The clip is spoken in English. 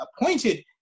appointed